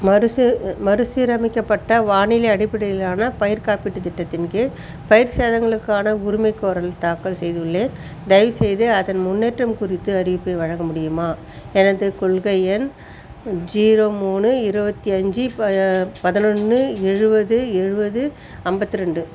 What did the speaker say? மறுசீ மறுசீரமைக்கப்பட்ட வானிலை அடிப்படையிலான பயிர் காப்பீட்டுத் திட்டத்தின் கீழ் பயிர் சேதங்களுக்கான உரிமைகோரல் தாக்கல் செய்துள்ளேன் தயவு செய்து அதன் முன்னேற்றம் குறித்த அறிவிப்பை வழங்க முடியுமா எனது கொள்கை எண் ஜீரோ மூணு இருபத்தி அஞ்சு ப பதினொன்று எழுபது எழுபது ஐம்பத்தி ரெண்டு